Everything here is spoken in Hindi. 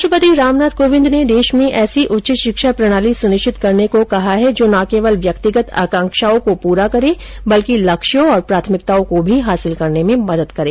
राष्ट्रपति रामनाथ कोविंद ने देश में ऐसी उच्च शिक्षा प्रणाली सुनिश्चित करने को कहा जो न केवल व्यक्तिगत आकांक्षाओं को पूरा करे बल्कि लक्ष्यों और प्राथमिकताओं को भी हासिल करने में मदद करे